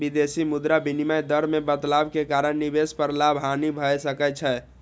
विदेशी मुद्रा विनिमय दर मे बदलाव के कारण निवेश पर लाभ, हानि भए सकै छै